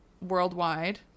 worldwide